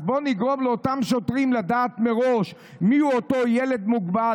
אז בואו נגרום לאותם שוטרים לדעת מראש מיהו אותו ילד מוגבל,